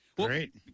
Great